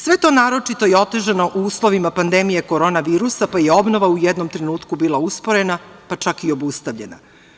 Sve je to naročito otežano u uslovima pandemije korona virusa, pa i obnova je u jednom trenutku bila usporena, pa čak i obustavljena.